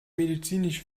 medizinische